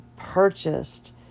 purchased